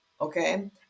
Okay